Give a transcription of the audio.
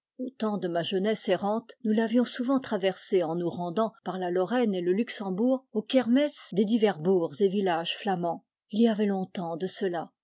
temps de ma jeunesse errante nous l'avions souvent traversé en nous rendant par la lorraine et le luxembourg aux kermesses des divers bourgs et villages flamands il y avait longtemps de cela